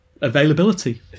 availability